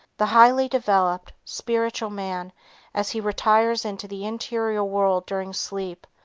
the highly developed, spiritual man as he retires into the interior world during sleep,